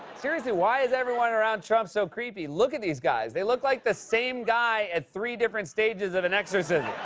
seriously, why is everyone around trump so creepy? look at these guys. they look like the same guy at three different stages of an exorcism.